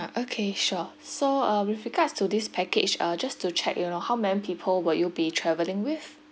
ah okay sure so uh with regards to this package uh just to check you know how many people will you be travelling with